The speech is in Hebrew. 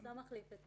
X לא מחליף את